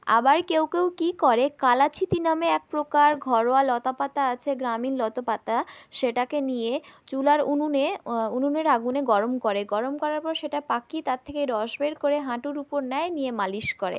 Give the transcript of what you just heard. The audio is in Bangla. আবার কেউ কেউ কী করে কালাছিতি নামে একপ্রকার ঘরোয়া লতা পাতা আছে গ্রামীণ লতো পাতা সেটাকে নিয়ে চুলার উনুনে উনুনের আগুনে গরম করে গরম করার পর সেটা পাকি তার থেকে রস বের করে হাঁটুর উপর নেয় নিয়ে মালিশ করে